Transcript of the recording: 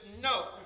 No